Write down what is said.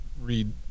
read